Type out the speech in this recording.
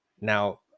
Now